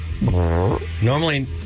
Normally